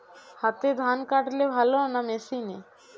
হাতে ধান কাটলে ভালো না মেশিনে?